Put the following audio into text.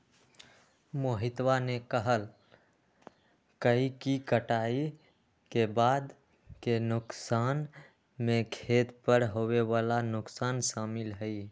मोहितवा ने कहल कई कि कटाई के बाद के नुकसान में खेत पर होवे वाला नुकसान शामिल हई